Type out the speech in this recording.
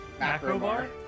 Macrobar